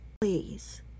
Please